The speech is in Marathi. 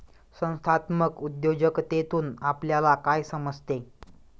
संस्थात्मक उद्योजकतेतून आपल्याला काय समजते?